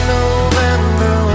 November